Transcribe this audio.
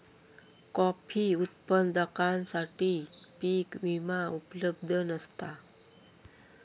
coffee उत्पादकांसाठी पीक विमा उपलब्ध नसता